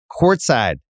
courtside